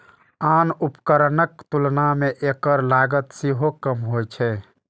आन उपकरणक तुलना मे एकर लागत सेहो कम होइ छै